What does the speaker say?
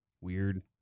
Weird